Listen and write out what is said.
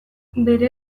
bere